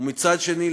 ומצד שני,